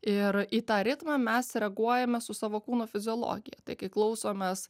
ir į tą ritmą mes reaguojame su savo kūno fiziologija tai kai klausomės